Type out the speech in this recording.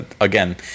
again